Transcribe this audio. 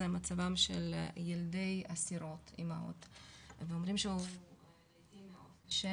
זה מצבם של ילדי אסירות אימהות ואומרים שלילדים מאוד קשה